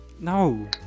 No